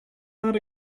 not